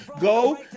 go